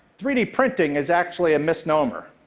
three d printing is actually a misnomer.